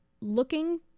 looking